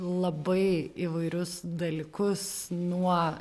labai įvairius dalykus nuo